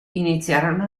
iniziarono